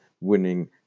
winning